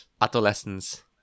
adolescence